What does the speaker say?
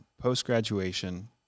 post-graduation